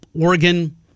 Oregon